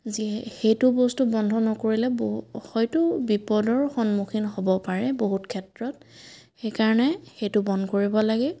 যি সেইটো বস্তু বন্ধ নকৰিলে বহুত হয়তো বিপদৰ সন্মুখীন হ'ব পাৰে বহুত ক্ষেত্ৰত সেইকাৰণে সেইটো বন্ধ কৰিব লাগে